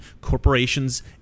corporations